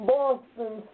Boston